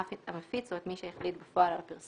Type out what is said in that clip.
אף את המפיץ או מי שהחליט בפועל על הפרסום."